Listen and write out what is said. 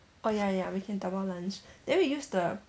oh ya ya we can dabao lunch then we use the